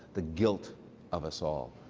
the guilt of us all.